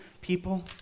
people